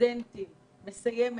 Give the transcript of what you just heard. הסטודנטים מסיימת,